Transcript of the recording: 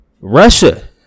Russia